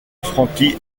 frankie